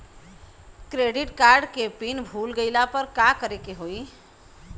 Credit card के PIN भूल गईला पर का करे के होई?